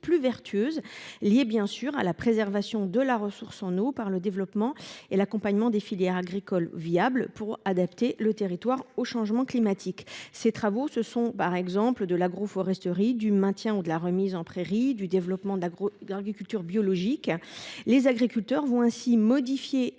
plus vertueuses pour la préservation de la ressource en eau par le développement et l’accompagnement des filières agricoles viables, afin d’adapter le territoire au changement climatique. Il s’agit, par exemple, de l’agroforesterie, du maintien des prairies ou de leur remise en état, du développement de l’agriculture biologique. Les agriculteurs vont ainsi modifier